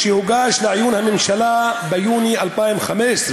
שהוגש לעיון הממשלה ביוני 2015,